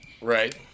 Right